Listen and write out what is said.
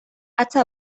hatza